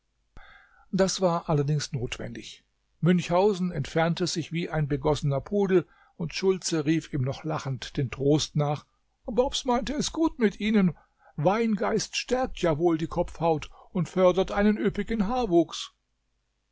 das war allerdings notwendig münchhausen entfernte sich wie ein begossener pudel und schultze rief ihm noch lachend den trost nach bobs meinte es gut mit ihnen weingeist stärkt ja wohl die kopfhaut und befördert einen üppigen haarwuchs